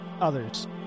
others